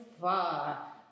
far